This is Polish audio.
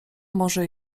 może